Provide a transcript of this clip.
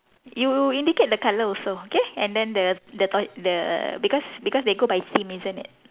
you indicate the colour also okay and then the the t~ the because because they go by theme isn't it